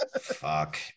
fuck